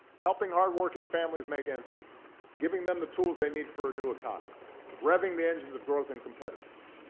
helping hardworking families make ends meet giving them the tools they need for a new economy revving the engines of growth and competitiveness